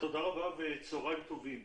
תודה רבה וצוהריים טובים.